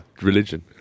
Religion